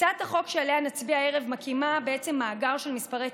הצעת החוק שעליה נצביע הערב מקימה מאגר של מספרי